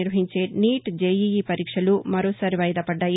నిర్వహించే NEET JEE పరీక్షలు మరోసారి వాయిదా పడ్దాయి